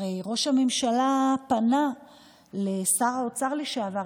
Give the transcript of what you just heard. הרי ראש הממשלה פנה לשר אוצר לשעבר,